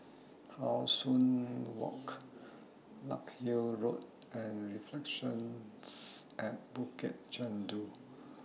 How Sun Walk Larkhill Road and Reflections At Bukit Chandu